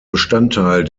bestandteil